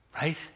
right